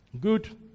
Good